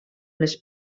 les